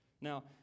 Now